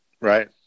Right